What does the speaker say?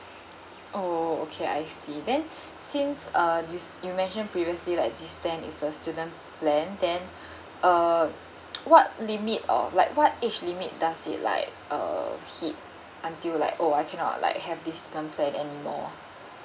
oh okay I see then since uh you s~ you mentioned previously like this plan is for student plan then uh what limit of like what age limit does it like uh hit until like oh I cannot like have this contract anymore